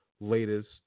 latest